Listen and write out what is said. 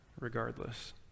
regardless